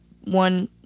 one